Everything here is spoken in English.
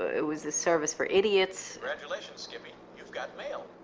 it was the service for idiots. congratulations skippy, you've got mail!